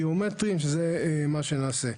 ביומטריים שזה מה שנעשה.